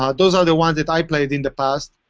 um those are the ones that i played in the past.